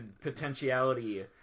potentiality